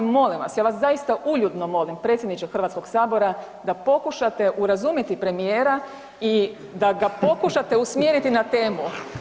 Molim vas, ja vas zaista uljudno molim predsjedniče Hrvatskoga sabora da pokušate urazumiti premijera i da ga pokušate usmjeriti na temu.